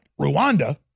Rwanda